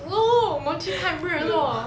oo 我们去看日落